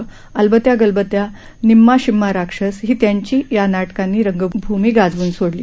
अलबत्या गलबत्या निम्मा शिम्मा राक्षस ही त्यांची या नाटकांनी रंगभूमी गाजवून सोडली